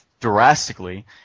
drastically